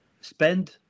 spend